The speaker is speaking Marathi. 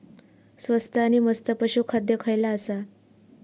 स्वस्त आणि मस्त पशू खाद्य खयला आसा?